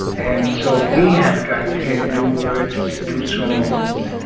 and so we have got to get new words, new songs,